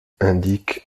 indique